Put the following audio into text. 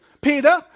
Peter